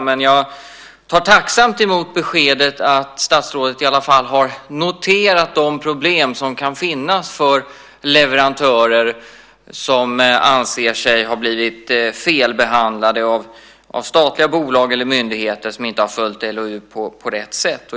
Men jag tar tacksamt emot beskedet att statsrådet i alla fall har noterat de problem som kan finnas för leverantörer som anser sig ha blivit felbehandlade av statliga bolag eller myndigheter som inte har följt LOU på rätt sätt.